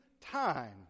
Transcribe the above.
time